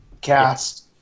cast